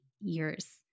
years